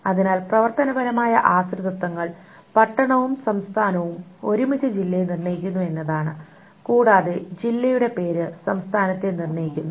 അതിനാൽ പ്രവർത്തനപരമായ ആശ്രിതത്വങ്ങൾ പട്ടണവും സംസ്ഥാനവും ഒരുമിച്ച് ജില്ലയെ നിർണ്ണയിക്കുന്നു എന്നതാണ് കൂടാതെ ജില്ലയുടെ പേര് സംസ്ഥാനത്തെ നിർണ്ണയിക്കുന്നു